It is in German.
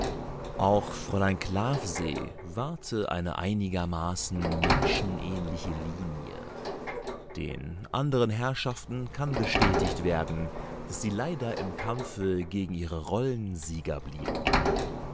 auch fräulein clavsee wahrte eine einigermaßen menschenähnliche linie den anderen herrschaften kann bestätigt werden daß sie leider im kampfe gegen ihre rollen sieger blieben